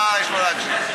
מה יש לו להקשיב?